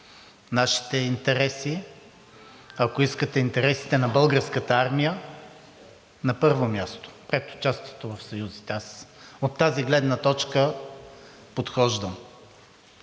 нашите интереси, ако искате, интересите на Българската армия на първо място, както и участието в съюзите. Аз от тази гледна точка подхождам.